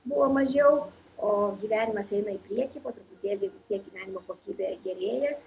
buvo mažiau o gyvenimas eina į priekį po truputėlį tiek gyvenimo kokybė gerėja